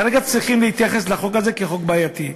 כרגע צריכים להתייחס לחוק הזה כחוק בעייתי.